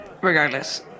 Regardless